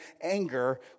anger